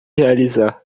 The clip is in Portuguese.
realizar